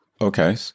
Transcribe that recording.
Okay